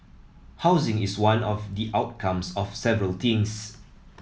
housing is one of the outcomes of several things